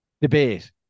debate